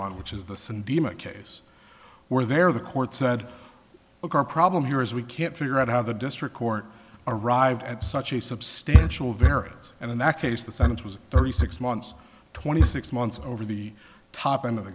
on which is the cindy mckay's where there the court said look our problem here is we can't figure out how the district court arrived at such a substantial variance and in that case the sentence was thirty six months twenty six months over the top end of the